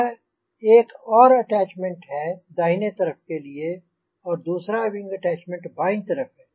यह एक और अटैच्मेंट है दाहिने तरफ के लिए दूसरा विंग अटैच्मेंट बायीं तरफ़ है